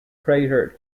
crater